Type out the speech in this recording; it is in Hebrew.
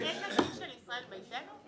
אסתר, יש נציג של ישראל ביתנו?